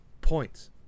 points